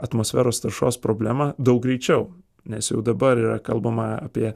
atmosferos taršos problemą daug greičiau nes jau dabar yra kalbama apie